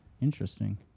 Interesting